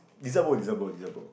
Dessert Bowl Dessert Bowl Dessert Bowl